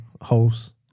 host